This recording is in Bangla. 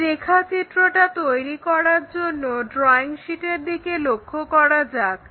এই রেখাচিত্রটা তৈরি করার জন্য ড্রইং শীটের দিকে লক্ষ্য করা যাক